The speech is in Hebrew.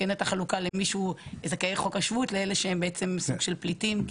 הייתה חלוקה בין זכאי חוק השבות לאלה שהם סוג של פליטים.